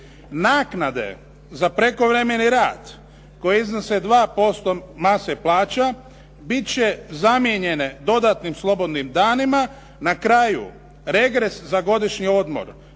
"naknade za prekovremeni rad koji iznose 2% mase plaća bit će zamijenjene dodatnim slobodnim danima na kraju regres za godišnji odmor,